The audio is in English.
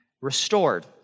restored